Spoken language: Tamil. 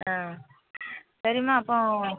ஆ சரிம்மா அப்போது